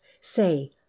say